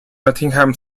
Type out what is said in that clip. nottingham